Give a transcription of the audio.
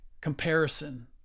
comparison